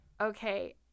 Okay